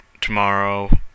tomorrow